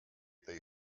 they